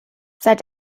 seit